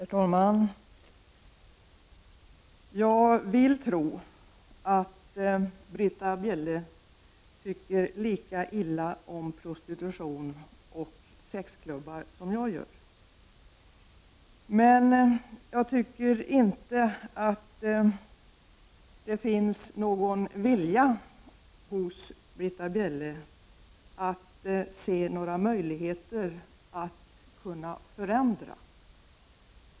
Herr talman! Jag vill tro att Britta Bjelle tycker lika illa om prostitution och sexklubbar som jag gör, men jag tycker inte att det verkar finnas någon vilja hos Britta Bjelle att se några möjligheter att förändra.